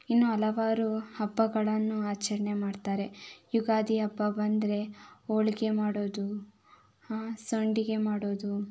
ಇನ್ನೂ ಹಲವಾರು ಹಬ್ಬಗಳನ್ನು ಆಚರಣೆ ಮಾಡ್ತಾರೆ ಯುಗಾದಿ ಹಬ್ಬ ಬಂದರೆ ಹೋಳಿಗೆ ಮಾಡೋದು ಸಂಡಿಗೆ ಮಾಡೋದು